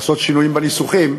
לעשות שינויים בניסוחים,